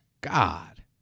God